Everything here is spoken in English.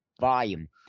volume